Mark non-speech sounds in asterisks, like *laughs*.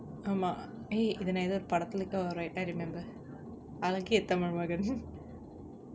ஆமா:aamaa eh இது நா எதோ ஒரு படத்துலகுட வரும்:ithu naa etho oru padathulakuda varum yet I remember அழகிய தமிழ் மகன்:alagiya tamil magan *laughs*